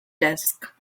desk